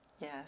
Yes